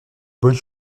bonnes